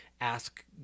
ask